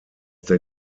der